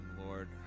Lord